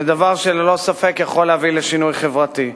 זה דבר שללא ספק יכול להביא לשינוי חברתי.